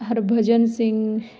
Harbhajan Singh